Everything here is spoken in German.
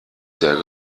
sehr